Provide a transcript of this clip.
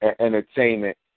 entertainment